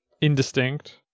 indistinct